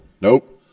Nope